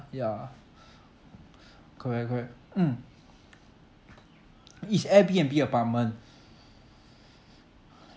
ya correct correct mm it's Airbnb apartment